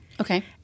Okay